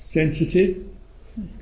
sensitive